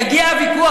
יגיע הוויכוח,